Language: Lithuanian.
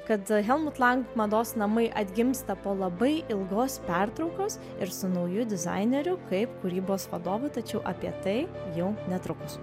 kad helmut lang mados namai atgimsta po labai ilgos pertraukos ir su nauju dizaineriu kaip kūrybos vadovu tačiau apie tai jau netrukus